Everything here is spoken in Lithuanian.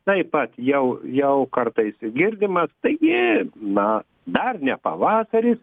taip pat jau jau kartais girdimas taigi na dar ne pavasaris